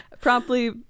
Promptly